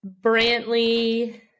Brantley